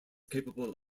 capable